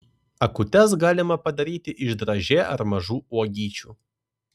akutes galima padaryti iš dražė ar mažų uogyčių